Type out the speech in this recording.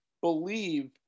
believe